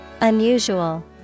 Unusual